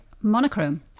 monochrome